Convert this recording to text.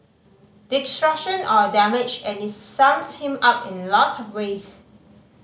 destruction or damage and it sums him up in lots of ways